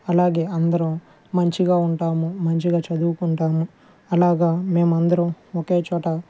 అలాగే అందరం మంచిగా ఉంటాము మంచిగా చదువుకుంటాము అలాగ మేము అందరం ఒకే చోట